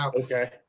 Okay